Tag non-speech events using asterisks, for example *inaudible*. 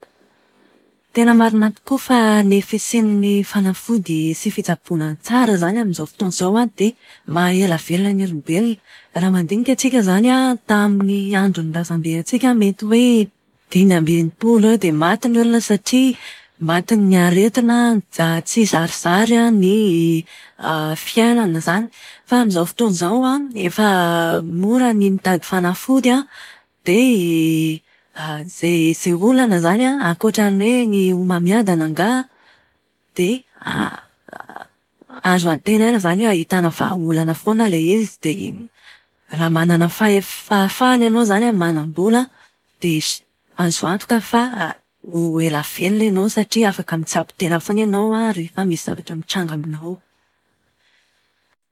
Tena marina tokoa fa ny fisian'ny fanafody sy fitsaboana tsara izany amin'izao fotoana izao an, dia mahaela velona ny olombelona. Raha mandinika itsika izany an, tamin'ny andron'ny razambeantsika mety hoe dimy amby enimpolo eo dia maty ny olona satria matin'ny aretina, tsy zarizary an ny *hesitation* fiainana izany. Fa amin'izao fotoana izao an, efa *hesitation* mora ny mitady fanafody an dia *hesitation* izay izay olana izany an, ankoatran'ny hoe ny homamiadana angaha dia *hesitation* azo antenaina izany hoe ahitàna vahaolana foana ilay izy. Raha manana fahe- fahafahana ianao izany an, manam-bola an, dia so- azo antoka fa ho ela velona ianao satria afaka mitsabo tena foana ianao an rehefa misy zavatra mitranga aminao.